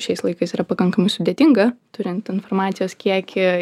šiais laikais yra pakankamai sudėtinga turint informacijos kiekį